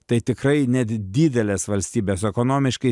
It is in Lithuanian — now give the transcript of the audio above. tai tikrai net didelės valstybės ekonomiškai